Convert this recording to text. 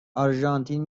آرژانتین